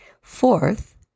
Fourth